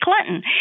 Clinton